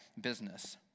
business